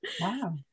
Wow